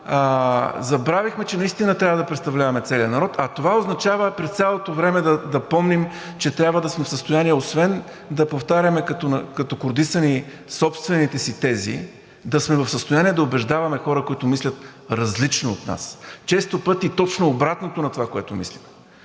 забравихме, че наистина трябва да представляваме целия народ, а това означава през цялото време да помним, че трябва да сме в състояние освен да повтаряме като курдисани собствените си тези, да сме в състояние да убеждаваме хора, които мислят различно от нас – често пъти, точно обратното на това, което мислим.